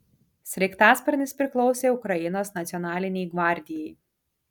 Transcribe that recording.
sraigtasparnis priklausė ukrainos nacionalinei gvardijai